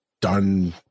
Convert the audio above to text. done